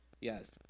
Yes